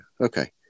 Okay